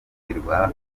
kugirwa